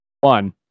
one